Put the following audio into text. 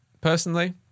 personally